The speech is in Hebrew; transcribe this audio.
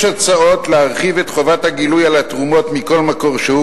יש הצעות להרחיב את חובת הגילוי על התרומות מכל מקור שהוא,